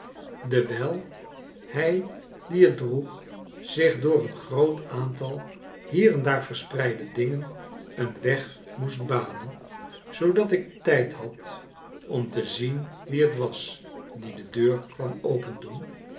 dewijl hij die het droeg zich door een groot aantal hier en daar verspreide dingen een weg moest banen zoodat ik tijd had om te zien wie het was die de deur kwam opendoen